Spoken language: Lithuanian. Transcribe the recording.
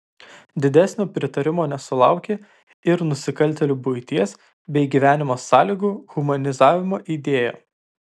didesnio pritarimo nesulaukė ir nusikaltėlių buities bei gyvenimo sąlygų humanizavimo idėja